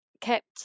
kept